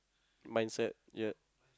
mindset yeap